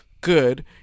good